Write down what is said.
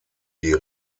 die